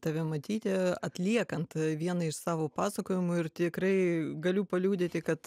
tave matyti atliekant vieną iš savo pasakojimų ir tikrai galiu paliudyti kad